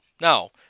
Now